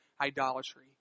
idolatry